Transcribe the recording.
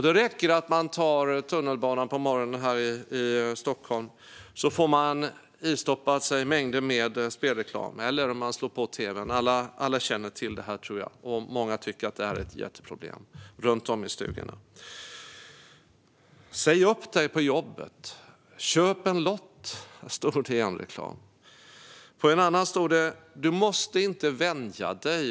Det räcker att man tar tunnelbanan på morgonen här i Stockholm eller slår på tv:n så får man se mängder av spelreklam. Alla känner till det här, tror jag, och många tycker att det är ett jätteproblem runt om i stugorna. "Säg upp dig på jobbet - köp en lott!" Så står det i en reklam. I en annan står det: "Du måste inte vänja dig."